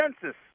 census